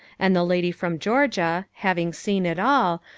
and the lady from georgia, having seen it all,